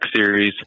series